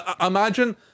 imagine